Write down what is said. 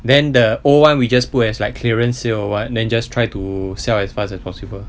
then the old [one] we just put as like clearance sale or what then just try to sell as fast as possible